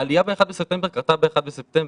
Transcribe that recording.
העלייה ב-1 בספטמבר קרתה ב-1 בספטמבר,